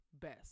best